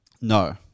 No